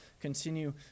continue